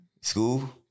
School